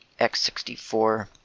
x64